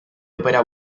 opera